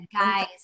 Guys